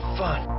fun